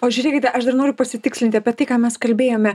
o žiūrėkite aš dar noriu pasitikslinti apie tai ką mes kalbėjome